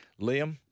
Liam